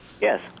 Yes